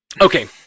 Okay